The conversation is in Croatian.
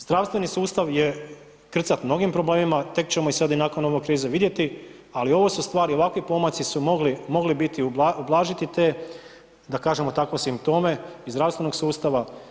Zdravstveni sustav je krcat mnogim problemima, tek ćemo i sad i nakon ove krize vidjeti, ali ovo su stvari, ovakvi pomaci su mogli biti, ublažiti te, da kažemo tako, simptome i zdravstvenog sustava.